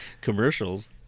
Commercials